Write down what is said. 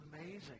amazing